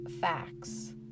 facts